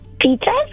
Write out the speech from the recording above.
pizza